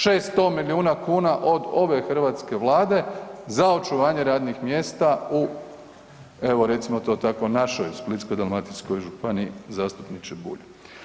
600 milijuna kuna od ove hrvatske Vlade za očuvanje radnih mjesta u evo recimo to tako našoj Splitsko-dalmatinskoj županiji zastupniče Bulj.